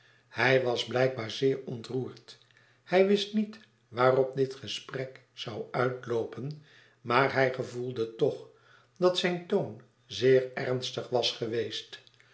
hij was blijkbaar zeer ontroerd hij wist niet waarop dit gesprek zou uitloopen maar hij gevoelde toch dat zijn toon zeer ernstig was geweest